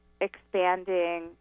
expanding